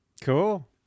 Cool